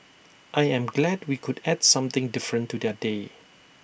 I am glad we could add something different to their day